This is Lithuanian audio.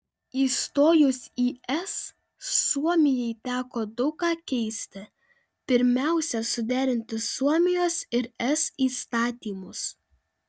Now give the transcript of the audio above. įstojus į es suomijai teko daug ką keisti pirmiausia suderinti suomijos ir es įstatymus